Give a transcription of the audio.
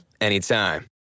anytime